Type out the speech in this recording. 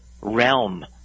realm